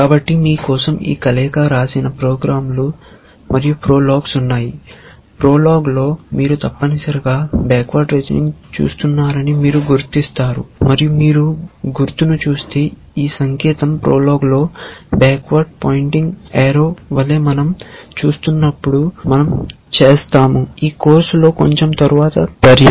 కాబట్టి మీ కోసం ఈ కలయిక వ్రాసిన ప్రోగ్రామ్లు మరియు ప్రోలాగ్లు ఉన్నాయి ప్రోలాగ్లో మీరు తప్పనిసరిగా బ్యాక్వర్డ్ రీజనింగ్ చేస్తున్నారని మీరు గుర్తిస్తారు మరియు మీరు గుర్తును చూస్తే ఈ సంకేతం ప్రోలాగ్లో బ్యాక్వర్డ్ పాయింటింగ్ ఏరో వలె మన০ చూస్తున్నప్పుడు మన০ చేస్తాము ఈ కోర్సులో కొంచెం తరువాత తర్కం